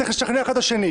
צריך לשכנע אחד את השני.